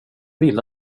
vill